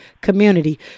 community